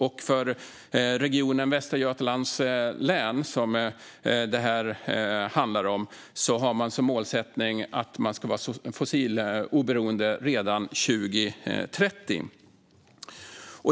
Och regionen Västra Götalands län, som det handlar om här, har som målsättning att vara fossiloberoende redan år 2030.